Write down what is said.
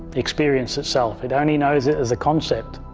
experience itself, it only knows it as a concept.